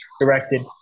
directed